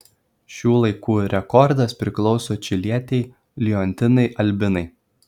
šių laikų rekordas priklauso čilietei leontinai albinai